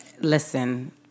listen